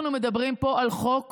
אנחנו מדברים פה על חוק